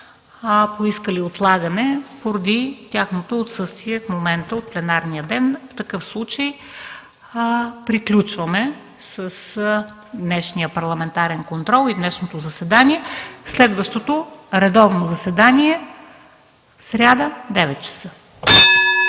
поискали отлагане поради тяхното отсъствие в момента от пленарния ден. В такъв случай приключваме с днешния Парламентарен контрол и днешното заседание. Следващото редовно заседание е в сряда в 9,00